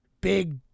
big